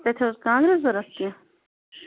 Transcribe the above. تۄہہِ چھَو حظ کانٛگرِ ضروٗرت کیٚنٛہہ